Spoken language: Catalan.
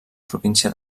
província